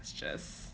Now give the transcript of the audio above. it's just